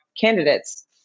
candidates